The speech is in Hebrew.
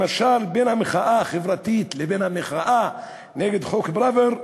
למשל בין המחאה החברתית לבין המחאה נגד חוק פראוור.